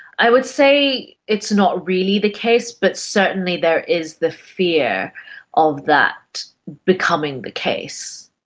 i would say it's not really the case but certainly there is the fear of that becoming the case.